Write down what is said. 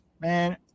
man